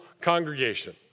congregation